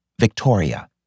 Victoria